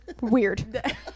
weird